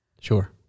sure